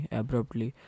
abruptly